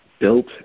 built